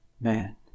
man